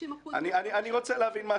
אני רוצה להבין,